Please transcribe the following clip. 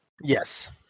Yes